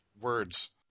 words